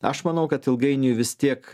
aš manau kad ilgainiui vis tiek